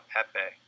Pepe